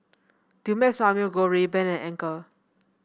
Dumex Mamil Gold Rayban and Anchor